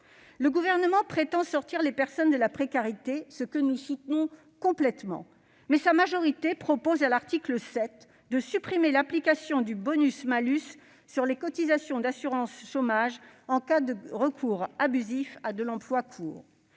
Le Gouvernement prétend sortir les personnes de la précarité, objectif que nous soutenons complètement, mais sa majorité propose, au travers de l'article 7, de supprimer l'application du bonus-malus sur les cotisations d'assurance chômage en cas de recours abusif à l'emploi de courte